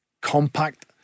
compact